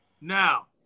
Now